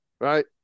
right